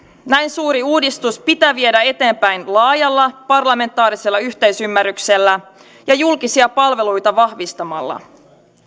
näin suuri uudistus pitää viedä eteenpäin laajalla parlamentaarisella yhteisymmärryksellä ja julkisia palveluita vahvistamalla